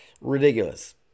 Ridiculous